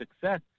success